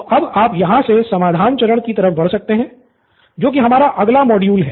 तो अब आप यहाँ से समाधान चरण कि तरफ बढ़ सकते हैं जो कि हमारा अगला मॉड्यूल है